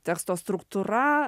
teksto struktūra